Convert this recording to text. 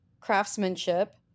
craftsmanship